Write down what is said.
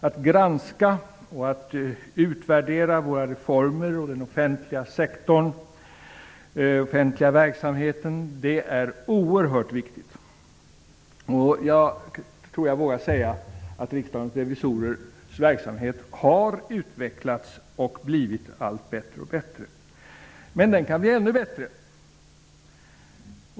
Att granska och utvärdera våra reformer inom den offentliga sektorn, den offentliga verksamheten, är oerhört viktigt. Jag tror att jag vågar säga att Riksdagens revisorers verksamhet har utvecklats och blivit allt bättre. Men den kan bli ännu bättre.